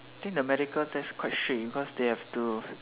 think the medical test quite strict because they have to